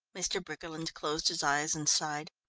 mr. briggerland closed his eyes and sighed.